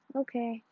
okay